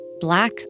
black